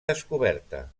descoberta